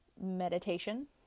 meditation